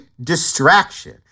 distraction